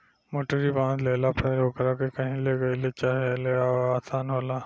मोटरी बांध लेला पर ओकरा के कही ले गईल चाहे ले आवल आसान होला